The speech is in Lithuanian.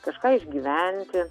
kažką išgyventi